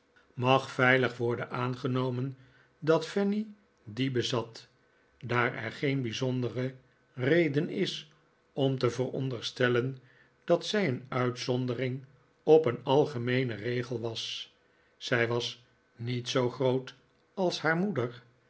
mag veilig worden aangenomen dat fanny die bezat daar er geen bijzondere reden is om te veronderstellen dat zij een uitzondering op een algemeenen regel was zij was niet zoo groot als haar moeder